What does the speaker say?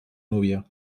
núbia